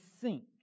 sink